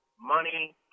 money